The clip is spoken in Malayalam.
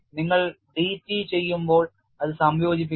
നിങ്ങൾ DT ചെയ്യുമ്പോൾ അത് സംയോജിപ്പിക്കണം